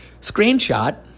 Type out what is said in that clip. Screenshot